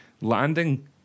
landing